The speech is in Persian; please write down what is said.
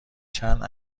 چند